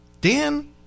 Dan